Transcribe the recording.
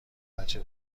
بچه